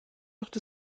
wird